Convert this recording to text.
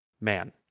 Man